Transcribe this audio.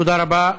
תודה רבה.